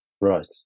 Right